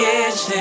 edge